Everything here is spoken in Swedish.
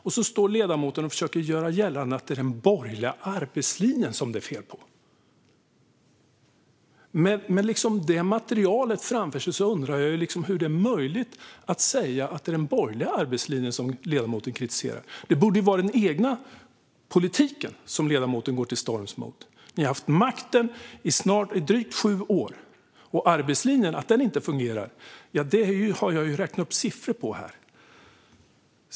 Och så står ledamoten och försöker göra gällande att det är den borgerliga arbetslinjen som det är fel på! Jag undrar hur det är möjligt att med detta material framför sig kritisera den borgerliga arbetslinjen så som ledamoten gör. Det borde ju vara den egna politiken som ledamoten går till storms mot. Ni har haft makten i drygt sju år. Att arbetslinjen inte fungerar har jag ju räknat upp siffror på här.